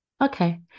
okay